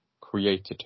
created